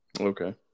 Okay